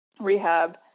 rehab